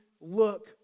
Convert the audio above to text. look